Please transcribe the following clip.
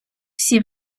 всі